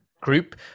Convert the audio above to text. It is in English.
group